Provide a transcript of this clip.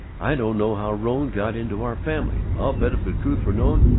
i don't know how rone got into our family! i'll bet, if the truth were known,